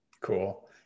Cool